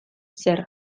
zer